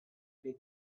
big